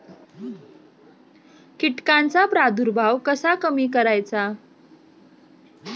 कीटकांचा प्रादुर्भाव कसा कमी करायचा?